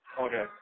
Okay